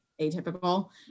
atypical